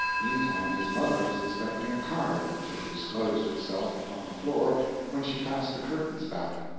meantime his mother was inspecting a card which had disclosed itself upon the floor when she cast the curtains back.